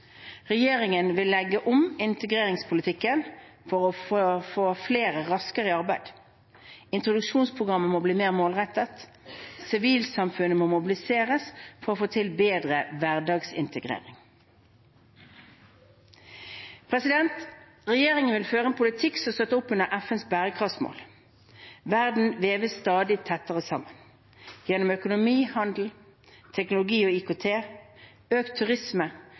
Regjeringen vil legge om integreringspolitikken for å få flere raskere i arbeid. Introduksjonsprogrammet må bli mer målrettet. Sivilsamfunnet må mobiliseres for å få til bedre hverdagsintegrering. Regjeringen vil føre en politikk som støtter opp om FNs bærekraftsmål. Verden veves stadig tettere sammen. Gjennom økonomi og handel, teknologi og IKT, økt turisme,